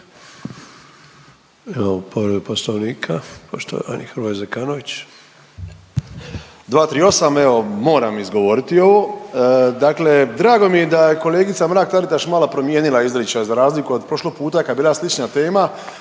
Imamo povredu Poslovnika, poštovani Hrvoje Zekanović. **Zekanović, Hrvoje (HDS)** 238., evo moram izgovoriti ovo, dakle drago mi je da je kolegica Mrak Taritaš malo promijenila izričaj za razliku od prošlog puta kad je bila slična tema